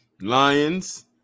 Lions